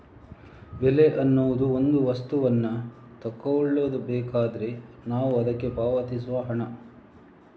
ಬೆಲೆ ಅನ್ನುದು ಒಂದು ವಸ್ತುವನ್ನ ತಗೊಳ್ಬೇಕಾದ್ರೆ ನಾವು ಅದ್ಕೆ ಪಾವತಿಸುವ ಹಣ